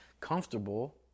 comfortable